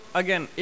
again